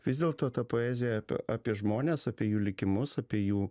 vis dėlto ta poezija apie apie žmones apie jų likimus apie jų